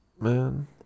man